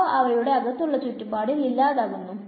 അവ അവയുടെ അകത്തുള്ള ചുറ്റുപാടിൽ ഇല്ലാതാകുന്നു